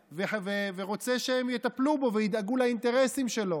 ורוצה שהם יטפלו בו וידאגו לאינטרסים שלו.